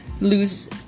lose